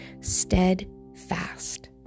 steadfast